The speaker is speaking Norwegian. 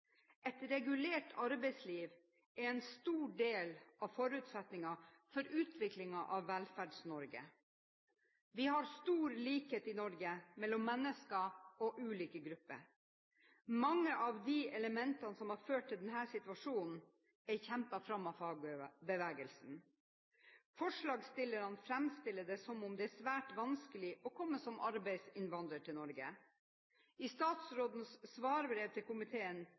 Et regulert arbeidsliv er en stor del av forutsetningen for utviklingen av Velferds-Norge. Vi har stor likhet i Norge mellom mennesker og ulike grupper. Mange av de elementene som har ført til denne situasjonen, er kjempet fram av fagbevegelsen. Forslagsstillerne framstiller det som om det er svært vanskelig å komme som arbeidsinnvandrer til Norge. I statsrådens svarbrev til komiteen